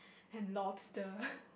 and lobster